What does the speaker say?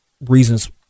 reasons